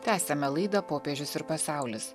tęsiame laidą popiežius ir pasaulis